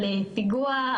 על פיגוע,